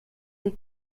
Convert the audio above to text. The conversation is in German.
die